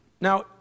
Now